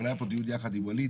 אבל היה פה דיון יחד עם ווליד,